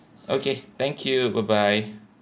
okay thank you bye bye